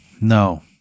No